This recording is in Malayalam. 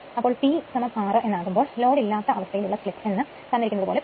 അപ്പോൾ P6 എന്ന് ആകുമ്പോൾ ലോഡ് ഇല്ലാത്തപ്പോൾ ഉള്ള സ്ലിപ് എന്ന് ഉള്ളത് തന്നിരിക്കുന്നത് പോലെ 0